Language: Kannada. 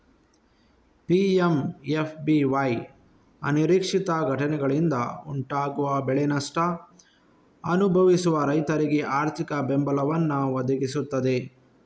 ಪಿ.ಎಂ.ಎಫ್.ಬಿ.ವೈ ಅನಿರೀಕ್ಷಿತ ಘಟನೆಗಳಿಂದ ಉಂಟಾಗುವ ಬೆಳೆ ನಷ್ಟ ಅನುಭವಿಸುವ ರೈತರಿಗೆ ಆರ್ಥಿಕ ಬೆಂಬಲವನ್ನ ಒದಗಿಸ್ತದೆ